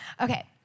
Okay